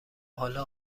حالا